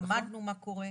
למדנו מה קורה.